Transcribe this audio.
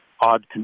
odd